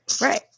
Right